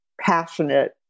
passionate